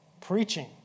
preaching